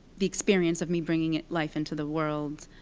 the experience of me bringing life into the world.